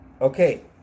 okay